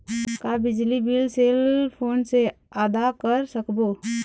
का बिजली bill cell phone से आदा कर सकबो?